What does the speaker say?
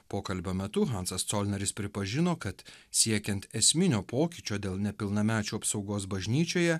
pokalbio metu hansas colneris pripažino kad siekiant esminio pokyčio dėl nepilnamečių apsaugos bažnyčioje